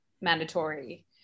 mandatory